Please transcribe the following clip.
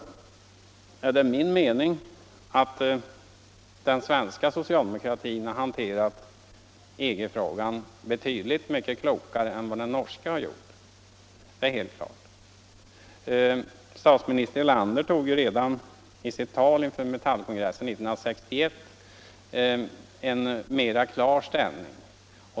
Enligt min mening är det uppenbart att den svenska socialdemokratin har hanterat EG-frågan betydligt mycket klokare än vad den norska har gjort. Statsminister Erlander tog redan i sitt tal inför Metallkongressen 1961 en mera klar ställning.